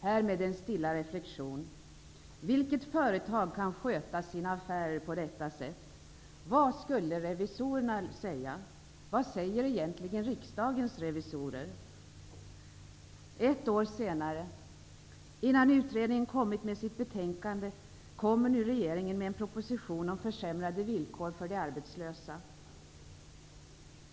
Härmed en stilla reflexion: Vilket företag kan sköta sina affärer på detta sätt? Vad skulle revisorerna säga? Vad säger egentligen Riksdagens revisorer? Ett år senare, innan utredningen lagt fram sitt betänkande, kommer nu regeringen med en proposition om försämrade villkor för de arbetslösa.